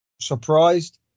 surprised